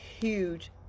huge